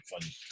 funny